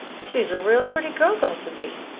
she's a real pretty girl got to be,